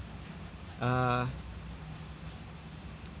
uh